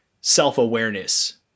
self-awareness